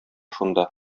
шунда